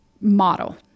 model